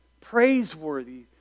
praiseworthy